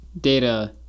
data